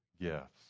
gifts